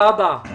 תודה רבה.